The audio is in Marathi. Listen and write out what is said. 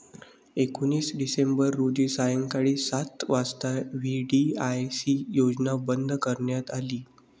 एकोणीस डिसेंबर रोजी सायंकाळी सात वाजता व्ही.डी.आय.सी योजना बंद करण्यात आली